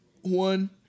one